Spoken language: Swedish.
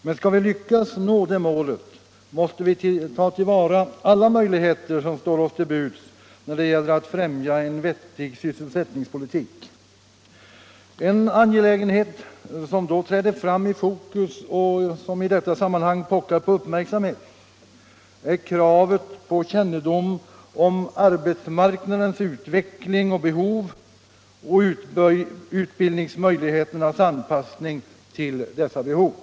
Men skall vi lyckas nå det målet, måste vi ta till vara alla Onsdagen den möjligheter som står oss till buds när det gäller att främja en vettig 17 mars 1976 sysselsättningspolitik. En angelägenhet som då träder fram i fokus och i i detta sammanhang pockar på uppmärksamhet är kravet på kännedom = Anslag till statistisom arbetsmarknadens utveckling och behov och utbildningsmöjlighe — ka centralbyrån ternas anpassning till dessa behov.